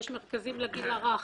יש מרכזים לגיל הרך,